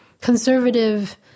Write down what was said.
conservative